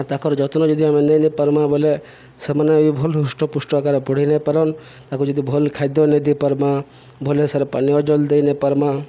ଆଉ ତାଙ୍କର ଯତ୍ନ ଯଦି ଆମେ ନେଇ ନ ପାର୍ମା ବୋଇଲେ ସେମାନେ ବି ଭଲ ହୃଷ୍ଟପୃଷ୍ଟ ଆକାରରେ ବଢ଼େଇ ନେଇପାରନ୍ ତାକୁ ଯଦି ଭଲ୍ ଖାଦ୍ୟ ନେଇ ଦେଇ ପାର୍ମା ଭଲେ ସାର ପାନୀୟ ଜଲ୍ ଦେଇ ନାଇଁ ପାର୍ମା